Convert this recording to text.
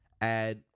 add